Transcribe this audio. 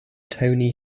tony